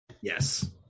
yes